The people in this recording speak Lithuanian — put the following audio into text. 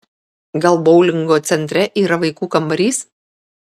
gal boulingo centre yra vaikų kambarys